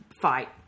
fight